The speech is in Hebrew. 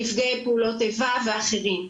נפגעי פעולות איבה ואחרים,